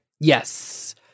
Yes